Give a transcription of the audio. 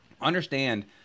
understand